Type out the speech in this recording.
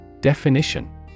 Definition